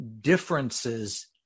differences